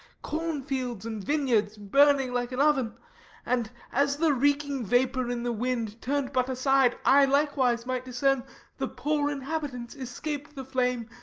corn fields and vineyards, burning like an oven and, as the reaking vapour in the wind turned but aside, i like wise might discern the poor inhabitants, escaped the flame,